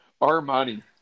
Armani